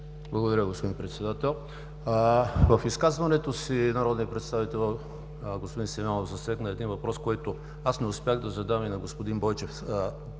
Благодаря, господин Председател. В изказването си народният представител господин Симеонов засегна един въпрос, който не успях да задам и на господин Бойчев,